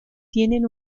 tienen